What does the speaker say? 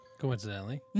Coincidentally